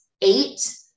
eight